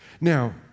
Now